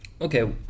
Okay